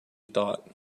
thought